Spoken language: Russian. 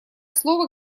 слово